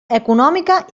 econòmica